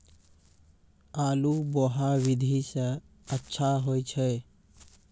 आलु बोहा विधि सै अच्छा होय छै?